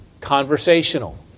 conversational